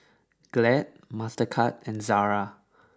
Glad Mastercard and Zara